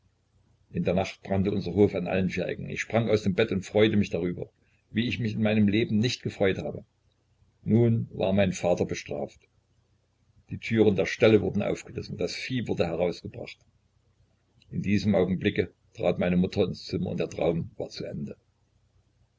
in der nacht brannte unser hof an allen vier ecken ich sprang aus dem bett und freute mich darüber wie ich mich in meinem leben nicht gefreut habe nun war mein vater bestraft die türen der ställe wurden aufgerissen das vieh wurde herausgebracht in diesem augenblicke trat meine mutter ins zimmer und der traum war zu ende